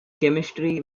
chemistry